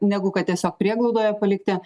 negu kad tiesiog prieglaudoje palikti